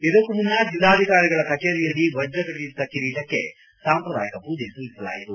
ಇದಕ್ಕೂ ಮುನ್ನ ಜಿಲ್ಲಾಧಿಕಾರಿಗಳ ಕಚೇರಿಯಲ್ಲಿ ವಜ್ರಖಚಿತ ಕಿರೀಟಕ್ಕೆ ಸಾಂಪ್ರದಾಯಿಕ ಮೂಜೆ ಸಲ್ಲಿಸಲಾಯಿತು